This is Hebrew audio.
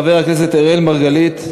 חבר הכנסת אראל מרגלית,